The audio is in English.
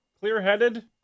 clear-headed